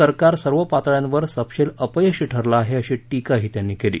सरकार सर्व पातळ्यांवर सपशेल अपयशी ठरलं आहे अशी टिकाही त्यांनी केली